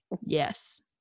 Yes